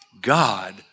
God